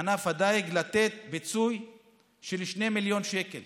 לתת פיצוי לענף הדיג של 2 מיליון שקל